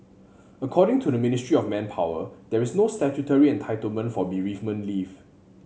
according to the Ministry of Manpower there is no statutory entitlement for bereavement leave